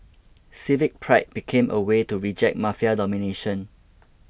civic pride became a way to reject Mafia domination